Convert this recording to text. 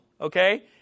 Okay